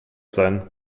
sein